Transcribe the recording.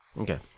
Okay